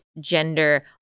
gender